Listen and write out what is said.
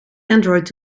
android